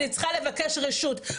אני צריכה לבקש רשות.